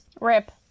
Rip